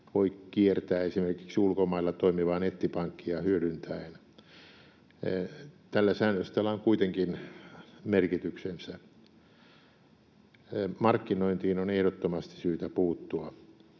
voi kiertää esimerkiksi ulkomailla toimivaa nettipankkia hyödyntäen. Tällä säännöstöllä on kuitenkin merkityksensä. Markkinointiin on ehdottomasti syytä puuttua.